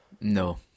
No